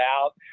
out